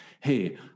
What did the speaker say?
hey